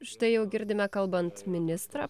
štai jau girdime kalbant ministrą